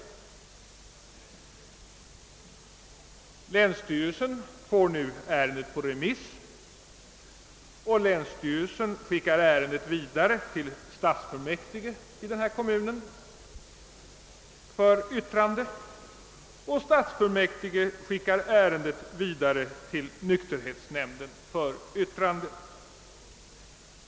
Därefter fick länsstyrelsen ärendet på remiss och skickade det vidare till stadsfullmäktige, som i sin tur hänvisade det till nykterhetsnämnden för yttrande.